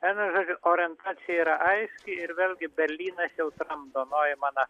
vienu žodžiu orientacija yra aiški ir vėlgi berlynas jau tramdo noimaną